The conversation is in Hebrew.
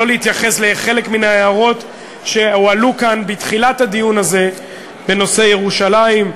שלא להתייחס לחלק מן ההערות שהועלו כאן בתחילת הדיון הזה בנושא ירושלים,